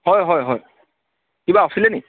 হয় হয় হয় কিবা আছিলে নেকি